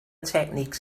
techniques